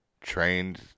trained